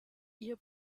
ihr